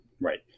Right